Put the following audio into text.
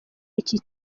iki